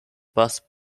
bus